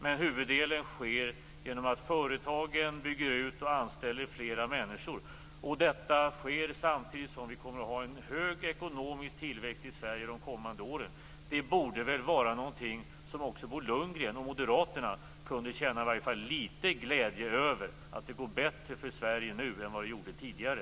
Men huvuddelen kommer genom att företagen bygger ut och anställer fler människor. Och detta sker samtidigt som vi kommer att ha en hög ekonomisk tillväxt i Sverige de kommande åren. Det borde väl vara något som också Bo Lundgren och Moderaterna kunde känna i alla fall litet glädje över; att det går bättre för Sverige nu än vad det gjorde tidigare.